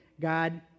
God